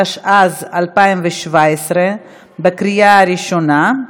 התשע"ז 2017, בקריאה הראשונה.